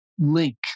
link